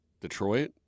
Detroit